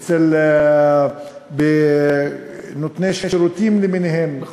אצל נותני שירותים למיניהם,